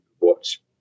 watch